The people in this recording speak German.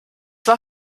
war